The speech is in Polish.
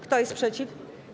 Kto jest przeciw?